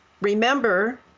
remember